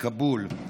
מכאבול,